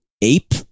ape